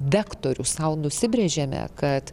vektorių sau nusibrėžiame kad